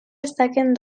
destaquen